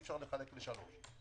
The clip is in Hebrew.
אי-אפשר לחלק לשלוש.